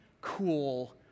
cool